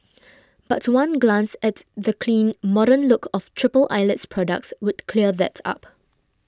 but one glance at the clean modern look of Triple Eyelid's products would clear that up